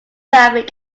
graphic